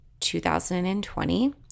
2020